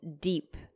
deep